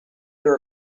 your